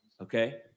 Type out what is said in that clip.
Okay